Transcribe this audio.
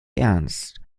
ernst